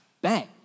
bang